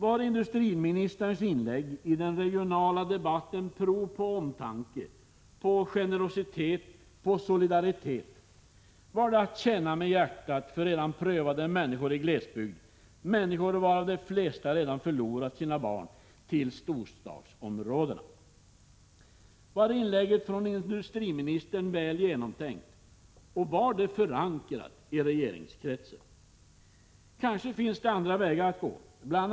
Var industriministerns inlägg i den regionala debatten prov på omtanke, generositet och solidaritet? Var det att känna med hjärtat för redan prövade människor i glesbygd, människor varav de flesta förlorat sina barn till storstadsområdena? Var inlägget från industriministern väl genomtänkt? Var det förankrat i regeringskretsen? Kanske finns det andra vägar att gå? Bl.